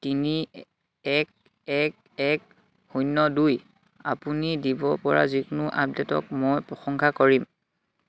তিনি এক এক এক শূন্য দুই আপুনি দিবপৰা যিকোনো আপডে'টক মই প্ৰশংসা কৰিম